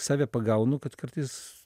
save pagaunu kad kartais